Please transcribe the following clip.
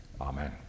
Amen